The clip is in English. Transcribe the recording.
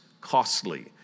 costly